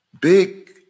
big